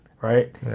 right